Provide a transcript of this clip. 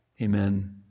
Amen